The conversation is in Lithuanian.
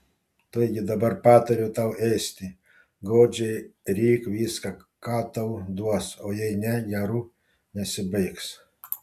taigi dabar patariu tau ėsti godžiai ryk viską ką tau duos o jei ne geru nesibaigs